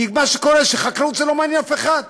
כי מה שקורה זה שחקלאות לא מעניינת אף אחד.